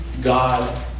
God